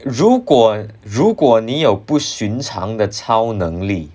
如果如果你有不寻常的超能力